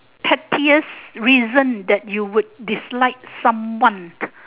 pettiest reason that you would dislike someone